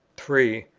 three.